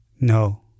No